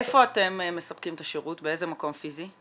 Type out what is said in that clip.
איפה אתם מספקים את השירות, באיזה מקום פיזי?